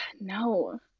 no